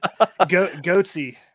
Goatsy